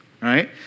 right